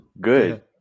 good